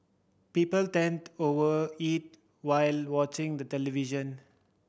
people tend over eat while watching the television